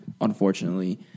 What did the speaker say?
unfortunately